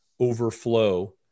overflow